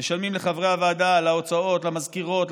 משלמים לחברי הוועדה על ההוצאות, למזכירות,